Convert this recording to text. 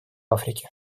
африке